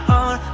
on